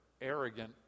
arrogant